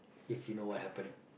if you know what happen